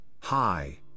hi